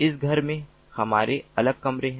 इस घर में हमारे अलग कमरे हैं